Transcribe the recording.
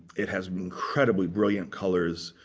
it has incredibly brilliant colors.